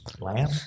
lamb